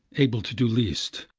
able to do least,